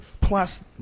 Plus